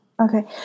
Okay